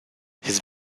his